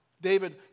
David